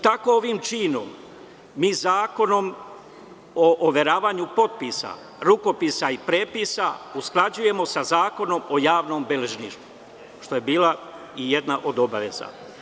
Tako ovim činom mi Zakon o overavanju potpisa, rukopisa i prepisa usklađujemo sa Zakonom o javnom beležništvu, što je bila i jedna od obaveza.